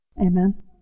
Amen